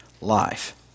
life